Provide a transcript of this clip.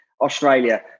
Australia